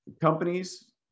companies